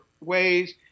ways